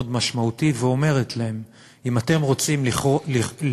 משמעותי ואומרת להם: אם אתם רוצים לזכות